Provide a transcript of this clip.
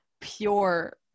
pure